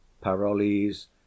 parolles